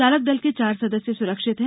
चालक दल के चार सदस्य सुरक्षित हैं